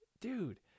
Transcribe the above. dude